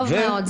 טוב מאוד.